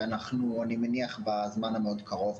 אנחנו מבקשים שגם בחמ"ל הגריאטרי יעשו אותו הדבר,